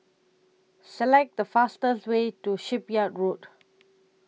Select The fastest Way to Shipyard Road